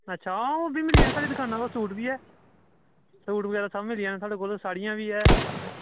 अच्छा आओ मिली जाओ साढ़ी दकान उप्पर सूट बी ऐ सूट बगैरा सब मिली जाने साढ़े कोल साढ़े कोल साड़ियां बी ऐ